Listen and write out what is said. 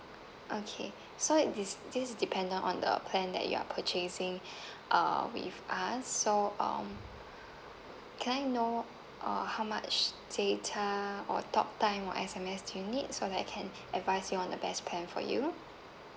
okay so this this is dependent on the plan that you're purchasing uh with us so um can I know uh how much data or talk time or S_M_S do you need so that I can advise you on the best plan for you